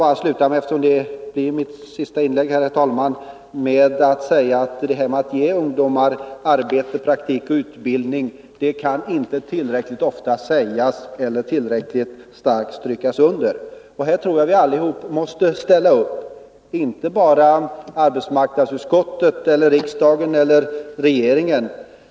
Att det är viktigt att ge ungdomar arbete, praktik och utbildning kan inte tillräckligt starkt strykas under. Här tror jag att vi allesamman måste ställa upp, inte bara arbetsmarknadsutskottet, riksdagen och regeringen.